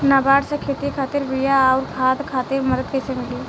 नाबार्ड से खेती खातिर बीया आउर खाद खातिर मदद कइसे मिली?